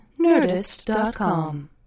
Nerdist.com